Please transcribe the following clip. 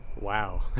wow